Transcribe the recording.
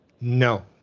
No